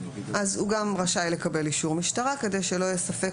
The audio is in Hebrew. אז הוא גם רשאי לקבל אישור משטרה כדי שלא יהיה ספק